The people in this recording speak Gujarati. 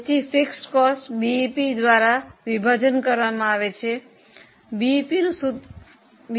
તેથી સ્થિર ખર્ચને બીઈપી દ્વારા વિભાજન કરવામાં આવે છે બીઇપીનું સૂત્ર શું છે